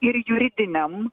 ir juridiniam